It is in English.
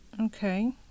Okay